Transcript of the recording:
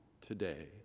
today